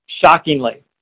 Shockingly